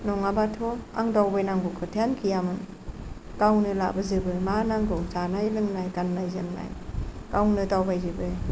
नङाबाथ' आं दावबायनांगौ खोथायानो गैयामोन गावनो लाबोजोबो मा नांगौ जानाय लोंनाय गान्नाय जोमनाय गावनो दावबायजोबो